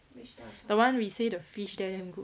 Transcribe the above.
the one we say the fish there damn good